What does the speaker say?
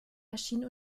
erschien